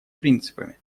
принципами